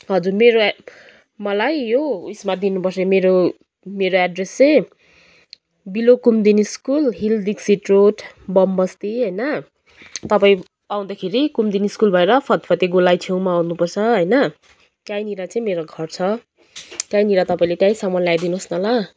हजुर मेरो एड मलाई यो उयसमा दिनुपर्छ मेरो मेरो एड्रेस चाहिँ बिलो Kumudini school hill Dixit road Bambasti होइन तपाईँ आउँदाखेरि कुमदिनी स्कुल भएर फतफते गोलाइ छेउमा आउनुपर्छ होइन त्यहीँनिर चाहिँ मेरो घर छ त्यहीँनिर तपाईँले त्यहीँसम्म ल्याइदिनु होस् न ल